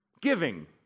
Giving